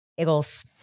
eagles